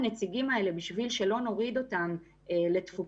הנציגים האלה כדי לא להוריד אותם לתפוקה